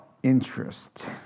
interest